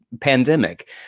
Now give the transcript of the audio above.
pandemic